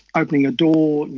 opening a door,